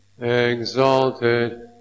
exalted